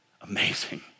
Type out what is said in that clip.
amazing